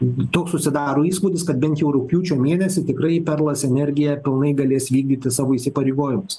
toks susidaro įspūdis kad bent jau rugpjūčio mėnesį tikrai perlas energija pilnai galės vykdyti savo įsipareigojimus